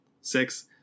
Six